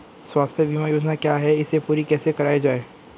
स्वास्थ्य बीमा योजना क्या है इसे पूरी कैसे कराया जाए?